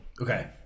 Okay